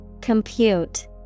Compute